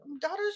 Daughters